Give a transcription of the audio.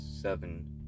seven